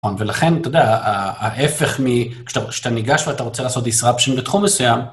ולכן, אתה יודע, ההפך מכשאתה ניגש ואתה רוצה לעשות disruption בתחום מסוים...